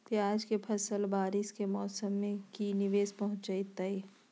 प्याज के फसल बारिस के मौसम में की निवेस पहुचैताई?